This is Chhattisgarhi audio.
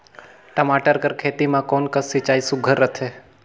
टमाटर कर खेती म कोन कस सिंचाई सुघ्घर रथे?